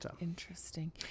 Interesting